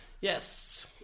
yes